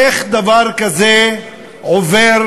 איך דבר כזה עובר